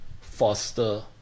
foster